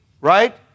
right